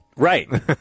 Right